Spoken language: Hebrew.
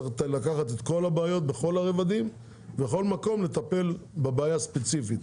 צריך לקחת את כל הבעיות בכל הרבדים ובכל מקום ולטפל בבעיה ספציפית.